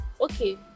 okay